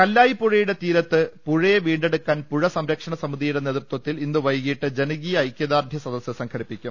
കല്ലായി പുഴയുടെ തീരത്ത് പുഴയെ വീണ്ടെടുക്കാൻ പുഴ സംര ക്ഷണ സമിതിയുടെ നേതൃത്വത്തിൽ ഇന്ന് വൈകീട്ട് ജനകീയ ഐ കൃദാർഢ്യ സദസ്സ് സംഘടിപ്പിക്കും